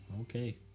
Okay